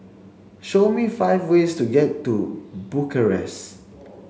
show me five ways to get to Bucharest